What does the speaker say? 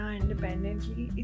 independently